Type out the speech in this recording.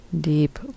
deep